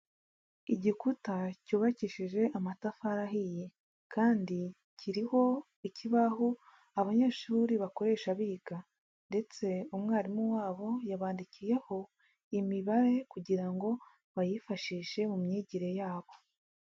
Igikuta cyubakishije amatafari ahiye kandi kiriho ikibaho abanyeshuri bakoresha biga, ndetse umwarimu wabo yabandikiyeho imibare kugira ngo bayifashishe mu myigire yabo.